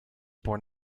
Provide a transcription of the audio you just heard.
born